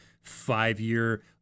five-year